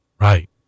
Right